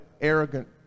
arrogant